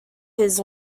his